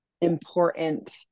important